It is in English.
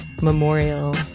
memorial